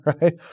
right